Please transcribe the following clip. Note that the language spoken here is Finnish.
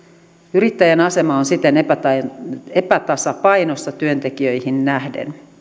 yrittäjän asema on siten epätasapainossa epätasapainossa työntekijöihin nähden